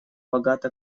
богата